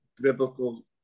biblical